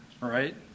Right